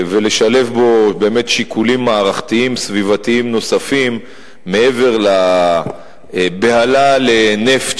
ולשלב בו באמת שיקולים מערכתיים סביבתיים נוספים מעבר לבהלה לנפט,